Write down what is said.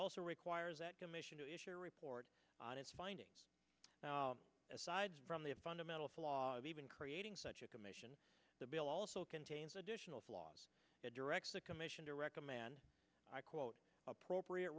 also requires that commission to issue a report on its findings well aside from the fundamental flaw of even creating such a commission the bill also contains additional flaws it directs the commission to recommend i quote appropriate